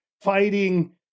Fighting